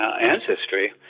ancestry